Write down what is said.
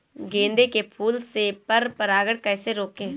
गेंदे के फूल से पर परागण कैसे रोकें?